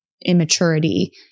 immaturity